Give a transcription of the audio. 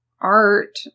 art